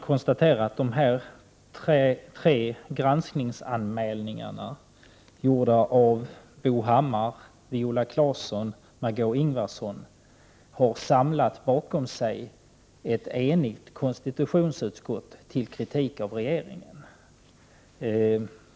Dessa tre granskningsanmälningar, gjorda av Bo Hammar, Viola Claesson och Margöé Ingvardsson, har samlat ett enigt utskott till kritik av regeringen.